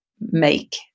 make